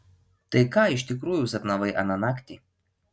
tai ką iš tikrųjų sapnavai aną naktį